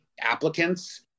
applicants